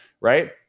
Right